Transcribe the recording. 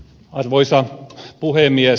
arvoisa puhemies